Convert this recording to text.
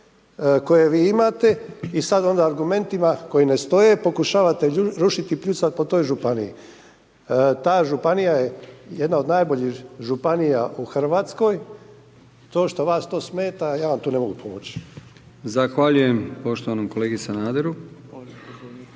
koje vi imate i sad onda argumentima koji ne stoje pokušavati rušiti pljuckati po toj županiji. Ta županija je jedna od najboljih županija u Hrvatskoj. To što vas to smeta ja vam tu ne mogu pomoć. **Brkić, Milijan (HDZ)** Zahvaljujem poštovanom kolegi Sanaderu. Imamo